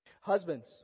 Husbands